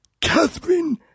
Catherine